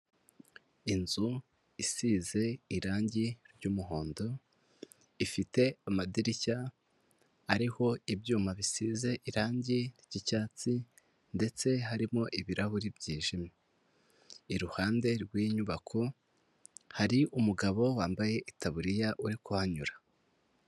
Inzu isize irangi ry'umuhondo, ifite amadirishya ariho ibyuma bisize irangi ry'icyatsi ndetse harimo ibirahuri byijimye, iruhande rw'inyubako, hari umugabo wambaye itaburiya uri kuhanyura.